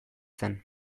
zen